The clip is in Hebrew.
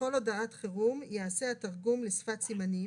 "(ו)בכל הודעת חירום ייעשה התרגום לשפת סימנים